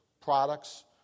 products